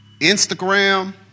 Instagram